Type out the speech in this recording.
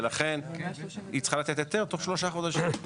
ולכן היא צריכה לתת היתר תוך שלושה חודשים.